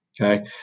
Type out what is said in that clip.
Okay